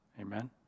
Amen